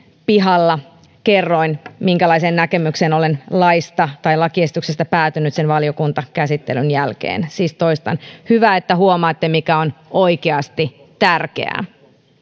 pihalla kerroin minkälaiseen näkemykseen olen lakiesityksestä päätynyt sen valiokuntakäsittelyn jälkeen siis toistan hyvä että huomaatte mikä on oikeasti tärkeää